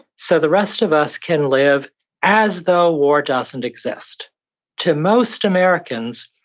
so the rest of us can live as though war doesn't exist to most americans,